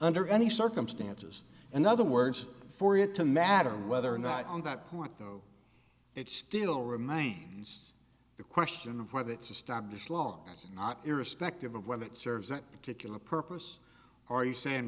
under any circumstances and other words for it to matter whether or not on that point though it still remains the question of whether it's established law irrespective of whether it serves that particular purpose are you saying